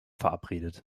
verabredet